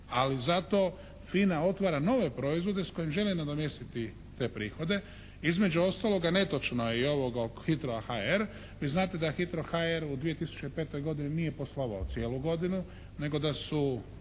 Ali zato FINA otvara nove proizvode s kojim želi nadomjestiti te prihode. Između ostaloga netočno je i ovo oko «Hitro HR». Vi znate da «Hitro HR» u 2005. godini nije poslovao cijelu godinu nego da su